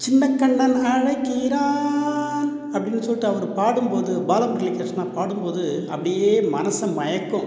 சின்னக் கண்ணன் அழைக்கிறான் அப்படின்னு சொல்லிட்டு அவரு பாடும்போது பாலமுரளிக்கிருஷ்ணா பாடும்போது அப்படியே மனதை மயக்கும்